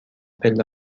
پله